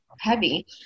heavy